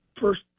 first